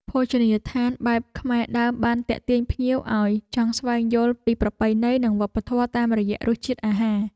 ភោជនីយដ្ឋានបែបខ្មែរដើមបានទាក់ទាញភ្ញៀវឱ្យចង់ស្វែងយល់ពីប្រពៃណី និងវប្បធម៌តាមរយៈរសជាតិអាហារ។